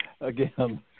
again